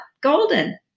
golden